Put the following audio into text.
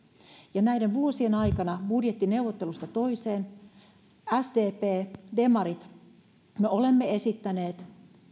ja näiden vuosien aikana budjettineuvottelusta toiseen sdp demarit me olemme esittäneet